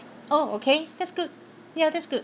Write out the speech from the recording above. oh okay that's good ya that's good